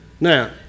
Now